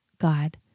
God